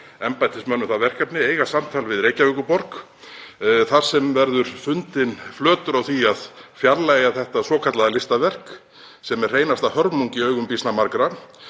embættismönnum það verkefni, við Reykjavíkurborg þar sem fundinn verður flötur á því að fjarlægja þetta svokallaða listaverk sem er hreinasta hörmung í augum býsna margra.